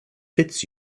fits